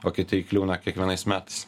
o kiti įkliūna kiekvienais metais